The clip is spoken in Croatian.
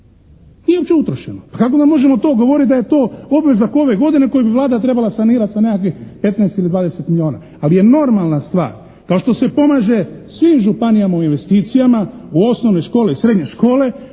Nije uopće utrošeno. Kako onda možemo to govoriti da je to obveza ove godine koju bi Vlada trebala sanirati sa nekakvih 15 ili 20 milijuna. Ali je normalna stvar kao što se pomaže svim županijama u investicijama, u osnovne škole i srednje škole,